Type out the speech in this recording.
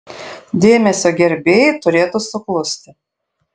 dėmesio gerbėjai turėtų suklusti